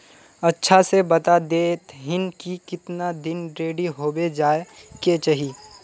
अच्छा से बता देतहिन की कीतना दिन रेडी होबे जाय के चही?